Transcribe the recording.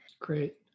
Great